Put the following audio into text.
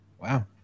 Wow